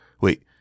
Wait